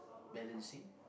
balancing